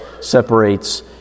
separates